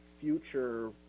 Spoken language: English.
future